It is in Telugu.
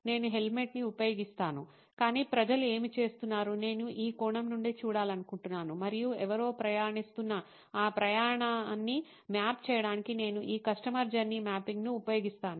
నేను హెల్మెట్ ని ఉపయోగిస్తాను కాని ప్రజలు ఏమి చేస్తున్నారు నేను ఈ కోణం నుండి చూడాలనుకుంటున్నాను మరియు ఎవరో ప్రయాణిస్తున్న ఆ ప్రయాణాన్ని మ్యాప్ చేయడానికి నేను ఈ కస్టమర్ జర్నీ మ్యాపింగ్ను ఉపయోగిస్తాను